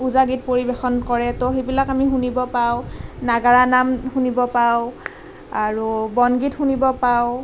ওজাগীত পৰিৱেশন কৰে তো সেইবিলাক আমি শুনিবলৈ পাওঁ নাগাৰা নাম শুনিবলৈ পাওঁ আৰু বনগীত শুনিবলৈ পাওঁ